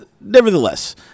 Nevertheless